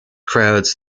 crowds